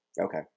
Okay